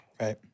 Right